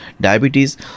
diabetes